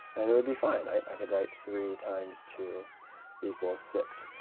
and it would be fine. i could write three times two equals six.